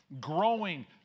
growing